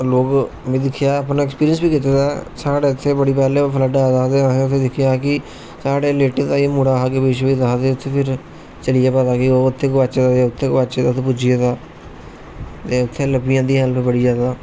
लोक में दिक्खेआ आपू एक्सपिरियंस बी कीते दा ऐ साढ़े इत्थे बड़ी पैहले फ्लड आया ते आसें दिक्खेआ कि साढ़े रिलेटिव दा गै मुड़ा हा मिसिंग होए दा उत्थे फिर चली गेआ पता उत्थे गुआचे दा उत्थे गुआचे दा ते उत्थे पुज्जी गेदा ते उत्थे लब्भी जंदी हेल्प बड़ी ज्यादा